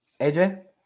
aj